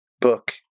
book